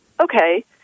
okay